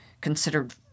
considered